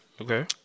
okay